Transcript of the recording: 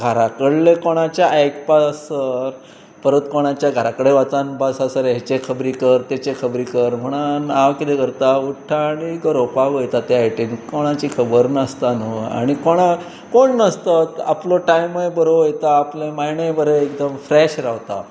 घरा कडले कोणाचें आयकुपासर परत कोणाच्या घरा कडेन वचून बसासर हाचे खबरी कर ताचे खबरी कर म्हणून हांव किदें करता उठता आनी गरोवपाक वता ते सायटीन कोणाची खबर नासता न्हय आनी कोणाक कोण नासतत आपलो टायमय बरो वता आपलें मायंडय बरें एकदम फ्रेश रावता